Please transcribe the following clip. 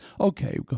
Okay